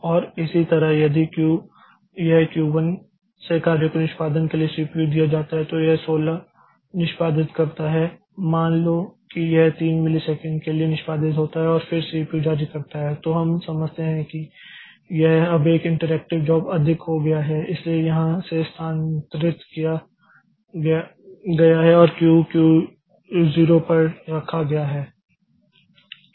और इसी तरह यदि यह Q 1 से कार्य को निष्पादन के लिए CPU दिया जाता है तो यह 16 निष्पादित करता है मान लो कि यह 3 मिलीसेकंड के लिए निष्पादित होता है और फिर CPU जारी करता है तो हम समझते हैं कि यह अब एक इंटरैक्टिव जॉब अधिक हो गया है इसलिए यहाँ से स्थानांतरित किया गया है और क्यू Q 0 पर रखा गया है